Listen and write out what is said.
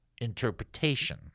interpretation